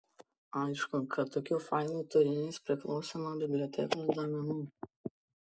aišku kad tokių failų turinys priklauso nuo bibliotekos duomenų